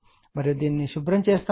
మరియు నేను దానిని శుభ్ర పరుస్తాను